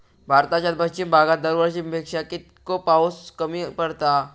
भारताच्या पश्चिम भागात दरवर्षी पेक्षा कीतको पाऊस कमी पडता?